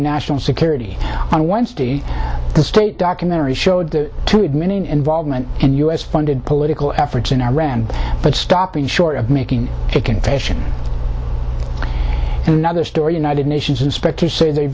national security on wednesday the state documentary showed the two admin involvement and u s funded political efforts in iran but stopping short of making it confession another story united nations inspectors say they